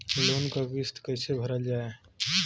Loan क किस्त कैसे भरल जाए?